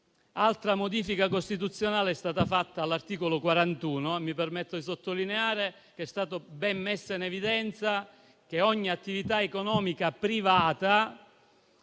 Un'altra modifica costituzionale è stata apportata all'articolo 41 e mi permetto di sottolineare che è stato ben messo in evidenza che ogni attività economica privata